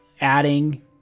adding